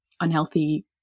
unhealthy